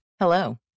Hello